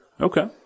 Okay